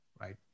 right